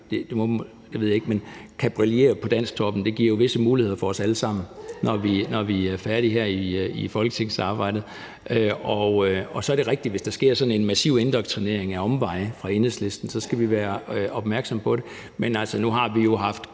man må sige det – kan brillere på »Dansktoppen«. Det giver jo visse muligheder for os alle sammen, når vi er færdige her med folketingsarbejdet. Og så er det rigtigt, at hvis der sker sådan en massiv indoktrinering ad omveje fra Enhedslisten, skal vi være opmærksomme på det. Men nu har vi jo altså